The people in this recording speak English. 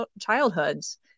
childhoods